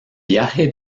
viaje